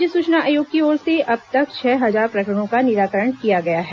राज्य सूचना आयोग की ओर से अब तक छह हजार प्रकरणों का निराकरण किया गया है